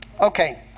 Okay